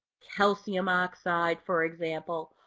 calcium oxide, for example.